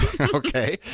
Okay